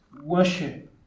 worship